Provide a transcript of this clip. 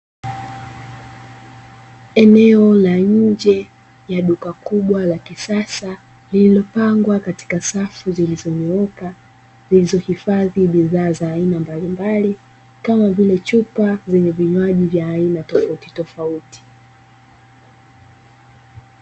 Eneo la nje ya duka kubwa la kisasa lililopangwa katika safu zilizonyooka zilizohifadhi bidhaa za aina mbalimbali kama vile chupa zenye vinywaji vya aina tofauti tofauti.